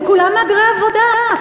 הם כולם מהגרי עבודה.